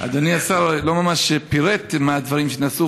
אדוני השר לא ממש פירט מה הדברים שנעשו,